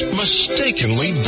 mistakenly